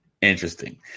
interesting